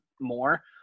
more